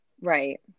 right